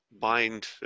bind